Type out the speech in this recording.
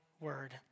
word